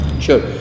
Sure